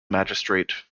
magistrate